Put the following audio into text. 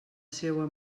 seua